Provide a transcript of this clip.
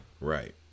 Right